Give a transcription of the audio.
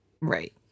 Right